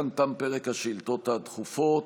כאן תם פרק השאילתות הדחופות.